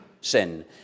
sin